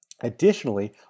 Additionally